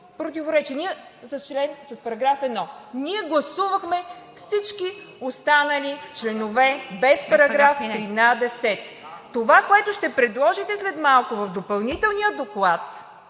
противоречие с § 1. Ние гласувахме всички останали членове, без § 13. Това, което ще предложите след малко в допълнителния доклад,